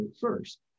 first